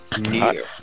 new